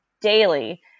daily